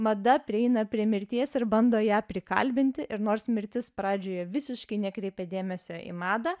mada prieina prie mirties ir bando ją prikalbinti ir nors mirtis pradžioje visiškai nekreipia dėmesio į madą